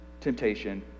temptation